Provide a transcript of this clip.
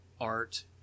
art